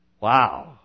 Wow